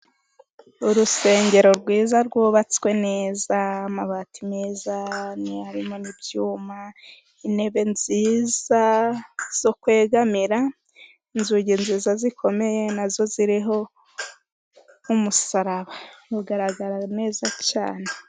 Urusengero rwiza rwubatswe neza ,amabati meza harimo n'ibyuma, intebe nziza zo kwegamira. Inzugi nziza zikomeye nazo ziriho nk'umusaraba bigaragara neza cyane.